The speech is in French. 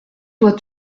doit